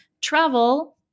travel